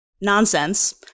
nonsense